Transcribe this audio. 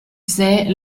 saint